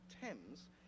Thames